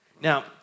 Now